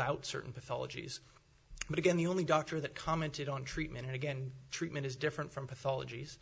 out certain pathologies but again the only doctor that commented on treatment and again treatment is different from pathologies